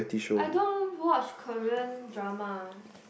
I don't watch Korean drama